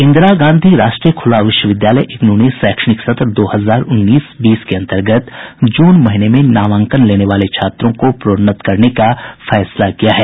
इंदिरा गांधी राष्ट्रीय खुला विश्वविद्यालय इग्नू ने शैक्षणिक सत्र दो हजार उन्नीस बीस के अंतर्गत जून महीने में नामांकन लेने वाले छात्रों को प्रोन्नत करने का फैसला किया है